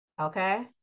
okay